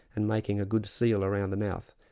and making a good seal around the mouth.